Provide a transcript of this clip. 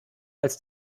als